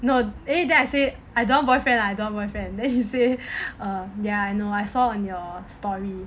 no eh then I say I don't want boyfriend ah I don't want boyfriend then he say err ya I know I saw on your story